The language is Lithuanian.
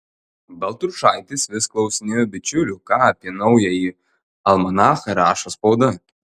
baltrušaitis vis klausinėjo bičiulių ką apie naująjį almanachą rašo spauda